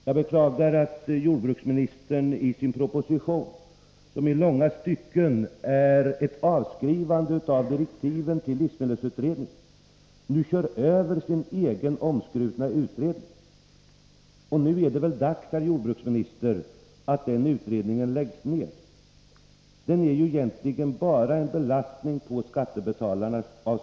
Jag beklagar att bruksavtal jordbruksministern i sin proposition, som i långa stycken innebär ett avskrivande av direktiven till livsmedelsutredningen, nu kör över sin egen omskrutna utredning. Nu är det väl dags, herr jordbruksminister, att den utredningen läggs ned. Den är ju egentligen bara en belastning för skattebetalarna.